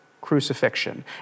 crucifixion